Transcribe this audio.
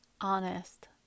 honest